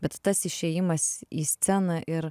bet tas išėjimas į sceną ir